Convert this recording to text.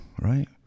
Right